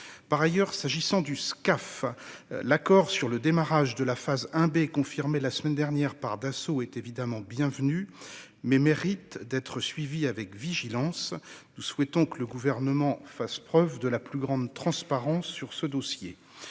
les plus brefs délais. L'accord sur le démarrage de la phase 1B du Scaf, confirmé la semaine dernière par Dassault, est évidemment bienvenu, mais il mérite d'être suivi avec vigilance. Nous souhaitons que le Gouvernement fasse preuve de la plus grande transparence sur ce dossier.